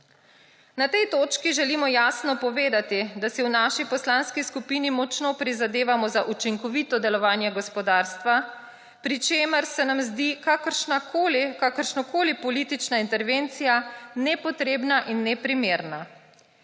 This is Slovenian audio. Na tej točki želimo jasno povedati, da si v naši poslanski skupini močno prizadevamo za učinkovito delovanje gospodarstva, pri čemer se nam zdi kakršnakoli politična intervencija nepotrebna in neprimerna.